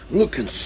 looking